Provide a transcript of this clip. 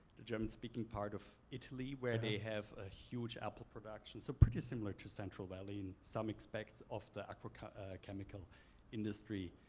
the german-speaking part of italy, where they have a huge apple production. so pretty similar to central valley in some aspects of the agrochemical industry.